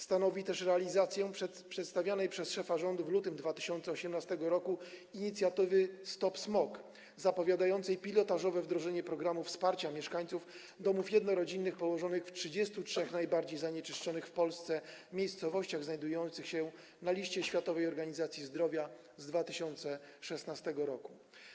Stanowi też realizację przedstawianej przez szefa rządu w lutym 2018 r. inicjatywy „Stop smog”, zapowiadającej pilotażowe wdrożenie programu wsparcia mieszkańców domów jednorodzinnych położonych w 33 najbardziej zanieczyszczonych w Polsce miejscowościach znajdujących się na liście Światowej Organizacji Zdrowia z 2016 r.